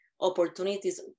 opportunities